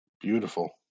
Beautiful